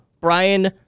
Brian